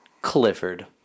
Clifford